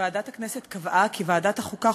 ועדת הכנסת קבעה כי ועדת החוקה,